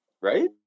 Right